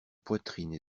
poitrine